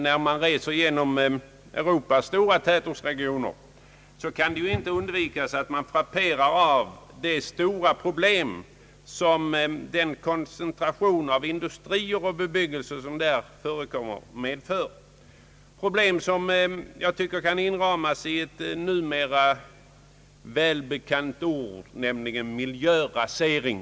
När man reser genom Europas stora tätortsregioner frapperas man av de enorma problem som den där förekommande koncentrationen av industri och bebyggelse utgör. Det är problem som jag anser kan inramas i ett numera välbekant ord: miljörasering.